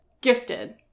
gifted